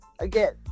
again